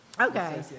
Okay